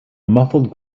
muffled